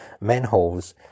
manholes